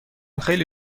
خیلی